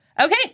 Okay